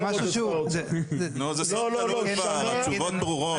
זה משהו שהוא ------ התשובות ברורות.